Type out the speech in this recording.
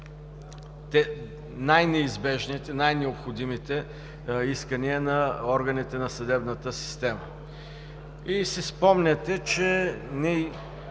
най-неизбежните, най-необходимите искания на органите на съдебната система. Спомняте си, че ние